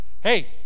Hey